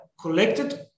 collected